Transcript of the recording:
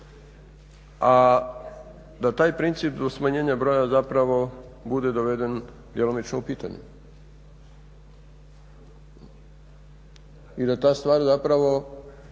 a da taj princip smanjenja broja zapravo bude doveden djelomično u pitanje i da ta stvar zapravo